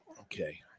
Okay